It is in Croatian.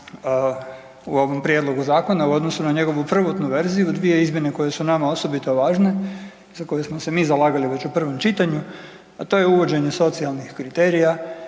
u ovom prijedlogu zakona u odnosu na njegovu prvotnu verziju, dvije izmjene koje su nama osobito važne, za koje smo se mi zalagali već u prvom čitanju, a to je uvođenje socijalnih kriterija